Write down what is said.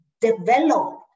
develop